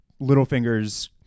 Littlefinger's